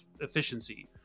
efficiency